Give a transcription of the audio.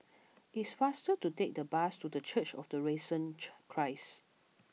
it is faster to take the bus to the Church of the Risen cheer Christ